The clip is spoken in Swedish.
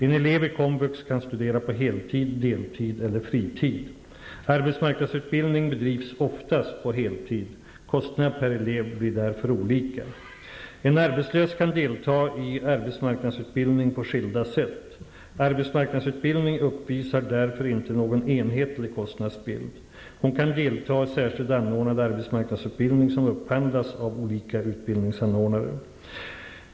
En elev i komvux kan studera på heltid, deltid eller fritid. Arbetsmarknadsutbildning bedrivs oftast på heltid. Kostnaden per elev blir därför olika. En arbetslös kan delta i arbetsmarknadsutbildning på skilda sätt. Arbetsmarknadsutbildning uppvisar därför inte någon enhetlig kostnadsbild. Man kan delta i särskilt anordnad arbetsmarknadsutbildning som upphandlas av olika utbildningsanordnare.